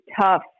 tough